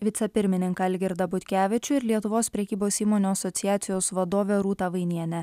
vicepirmininką algirdą butkevičių ir lietuvos prekybos įmonių asociacijos vadovę rūtą vainienę